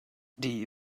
die